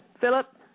Philip